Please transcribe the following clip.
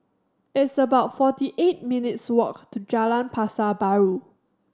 it's about forty eight minutes' walk to Jalan Pasar Baru